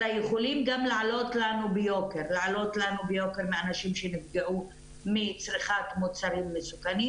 אלא יכולים גם לעלות לנו ביוקר מאנשים שנפגעו מצריכת מוצרים מסוכנים,